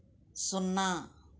సున్నా